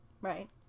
Right